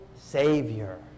Savior